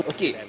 Okay